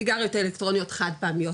סיגריות אלקטרוניות חד-פעמיות,